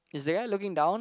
is there looking down